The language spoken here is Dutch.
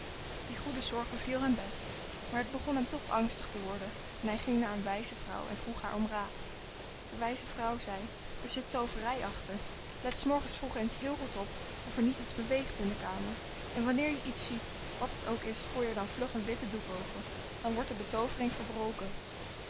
die goede zorg beviel hem best maar het begon hem toch angstig te worden en hij ging naar een wijze vrouw en vroeg haar om raad de wijze vrouw zei er zit tooverij achter let s morgens vroeg eens heel goed op of er niet iets beweegt in de kamer en wanneer je iets ziet wat het ook is gooi er dan vlug een witte doek over dan wordt de betoovering verbroken